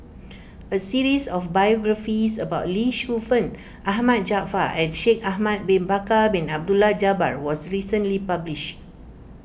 a series of biographies about Lee Shu Fen Ahmad Jaafar and Shaikh Ahmad Bin Bakar Bin Abdullah Jabbar was recently published